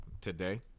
Today